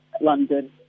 London